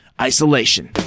isolation